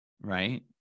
right